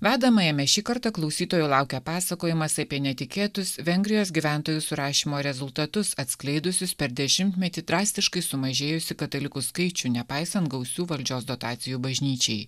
vedamajame šį kartą klausytojų laukia pasakojimas apie netikėtus vengrijos gyventojų surašymo rezultatus atskleidusius per dešimtmetį drastiškai sumažėjusį katalikų skaičių nepaisant gausių valdžios dotacijų bažnyčiai